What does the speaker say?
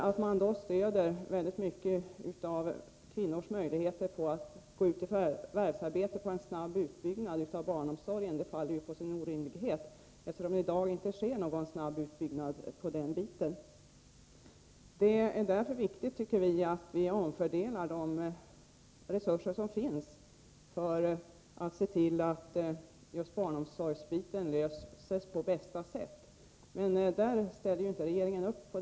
Att bygga kvinnors möjligheter att gå ut i förvärvsarbete på en snabb utbyggnad av barnomsorgen faller alltså på sin egen orimlighet, eftersom det i dag inte sker någon snabb utbyggnad på det området. Det är därför viktigt, anser vi, att man omfördelar de resurser som finns för att se till att just barnomsorgsfrågan löses på bästa sätt. Där ställer emellertid inte regeringen upp.